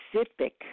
specific